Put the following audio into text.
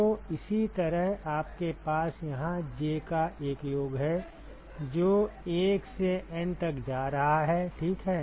तो इसी तरह आपके पास यहाँ j का एक योग है जो 1 से N तक जा रहा है ठीक है